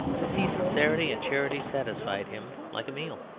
to see sincerity and charity satisfied him like a meal.